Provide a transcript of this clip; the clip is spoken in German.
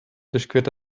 durchquert